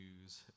news